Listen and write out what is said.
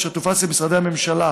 אשר תופץ למשרדי הממשלה